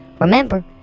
Remember